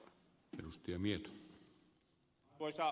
arvoisa puhemies